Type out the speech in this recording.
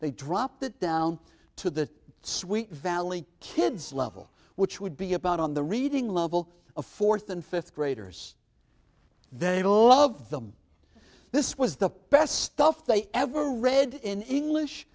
they dropped it down to the sweet valley kids level which would be about on the reading level of fourth and fifth graders they had all of them this was the best stuff they ever read in english